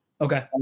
Okay